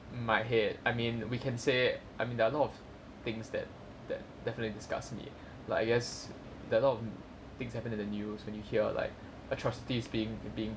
my head I mean we can say I mean there are a lot of things that that definitely disgusts me like I guess there are a lot of things happened in the news when you hear like atrocities being being